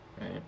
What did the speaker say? right